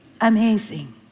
Amazing